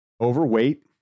overweight